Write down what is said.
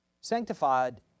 Sanctified